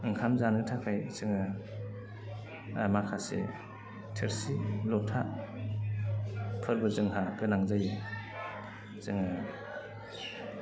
ओंखाम जानो थाखाय जोङो माखासे थोरसि लथाफोरबो जोंहा गोनां जायो जोङो